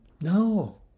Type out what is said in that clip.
No